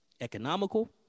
economical